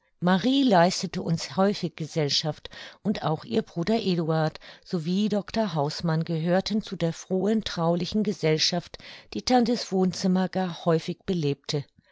marie leistete uns häufig gesellschaft und auch ihr bruder eduard sowie dr hausmann gehörten zu der frohen traulichen gesellschaft die tantes wohnzimmer gar häufig belebte